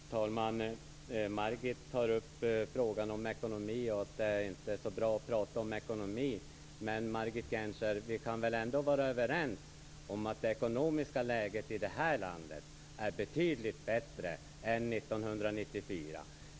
Fru talman! Margit tar upp frågan om ekonomi och att det inte är så bra att prata om ekonomi. Men, Margit Gennser, vi kan väl ändå vara överens om att det ekonomiska läget i det här landet är betydligt bättre nu än 1994.